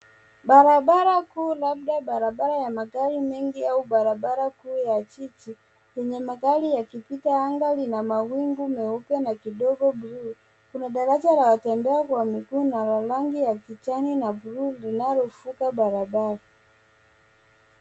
Barabara kuu labda barabara ya magari mengi au barabara kuu ya jiji lenye magari yakipita . Anga lina mawingu meupe na kidogo bluu. Kuna daraja la watembea kwa miguu na la rangi ya kijani na bluu linalovuka barabara.